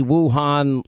Wuhan